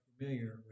familiar